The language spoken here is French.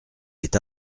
est